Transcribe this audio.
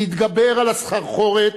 להתגבר על הסחרחורת,